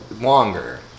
longer